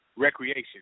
recreation